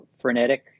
frenetic